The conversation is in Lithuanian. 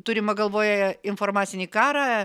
turima galvoje informacinį karą